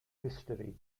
history